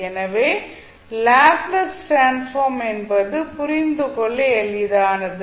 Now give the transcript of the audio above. எனவே Laplace transform என்பது புரிந்து கொள்ள எளிதானது